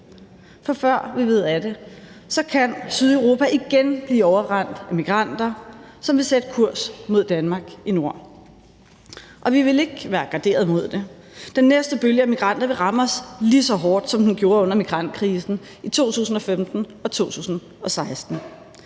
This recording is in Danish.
For før vi ved af det, kan Sydeuropa igen blive overrendt af migranter, som vil sætte kurs mod Danmark i nord. Og vi vil ikke være garderet imod det; den næste bølge af migranter vil ramme os lige så hårdt, som den gjorde under migrantkrisen i 2015 og 2016.